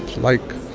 like.